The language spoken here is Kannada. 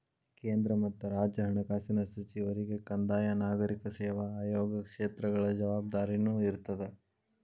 ಕೇಂದ್ರ ಮತ್ತ ರಾಜ್ಯ ಹಣಕಾಸಿನ ಸಚಿವರಿಗೆ ಕಂದಾಯ ನಾಗರಿಕ ಸೇವಾ ಆಯೋಗ ಕ್ಷೇತ್ರಗಳ ಜವಾಬ್ದಾರಿನೂ ಇರ್ತದ